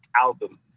album